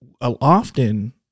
Often